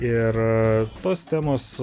ir tos temos